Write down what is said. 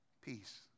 peace